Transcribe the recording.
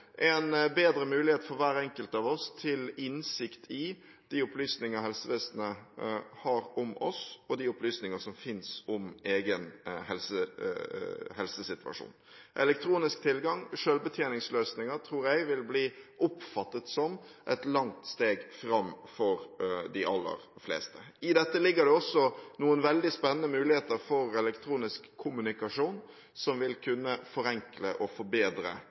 en bedre mulighet for hver enkelt av oss til innsikt i de opplysninger helsevesenet har om oss, og de opplysninger som fins om egen helsesituasjon. Elektronisk tilgang, selvbetjeningsløsninger, tror jeg vil bli oppfattet som et langt steg fram for de aller fleste. I dette ligger det også noen veldig spennende muligheter for elektronisk kommunikasjon, som vil kunne forenkle og forbedre